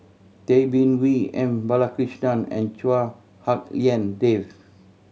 Tay Bin Wee M Balakrishnan and Chua Hak Lien Dave